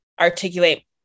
articulate